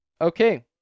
Okay